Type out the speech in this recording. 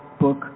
book